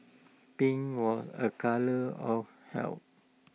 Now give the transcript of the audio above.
pink was A colour of health